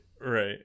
Right